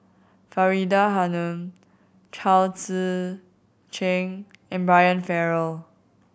Faridah Hanum Chao Tzee Cheng and Brian Farrell